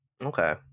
Okay